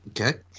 Okay